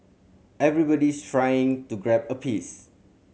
everybody's trying to grab a piece